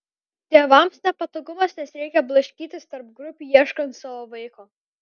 tėvams nepatogumas nes reikia blaškytis tarp grupių ieškant savo vaiko